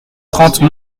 trente